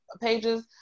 pages